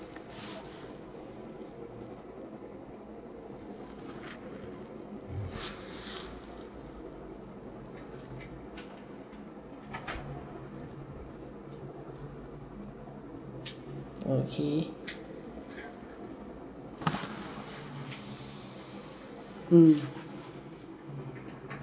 okay mm